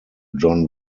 john